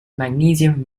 magnesium